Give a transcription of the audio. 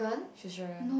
she's dragon